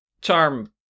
Charm